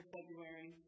February